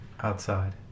Outside